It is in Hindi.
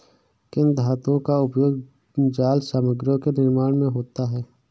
किन धातुओं का उपयोग जाल सामग्रियों के निर्माण में होता है?